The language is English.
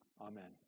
amen